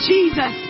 Jesus